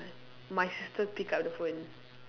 my sister pick up the phone